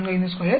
452 X 4